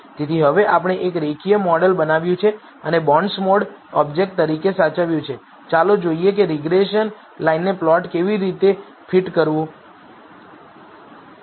તેથી હવે આપણે એક રેખીય મોડેલ બનાવ્યું છે અને તેને બોન્ડસમોડ ઑબ્જેક્ટ તરીકે સાચવ્યું છે ચાલો જોઈએ કે રીગ્રેસન લાઈનને પ્લોટ ઉપર કેવી રીતે ફીટ કરવું